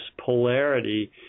polarity